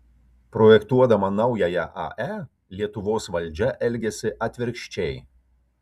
projektuodama naująją ae lietuvos valdžia elgiasi atvirkščiai